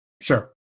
Sure